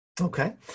Okay